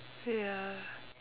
ya